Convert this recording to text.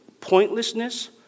pointlessness